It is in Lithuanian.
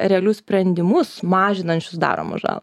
realius sprendimus mažinančius daromą žalą